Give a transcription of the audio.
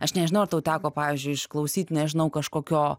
aš nežinau ar tau teko pavyzdžiui išklausyt nežinau kažkokio